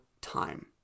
time